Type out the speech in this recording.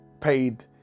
paid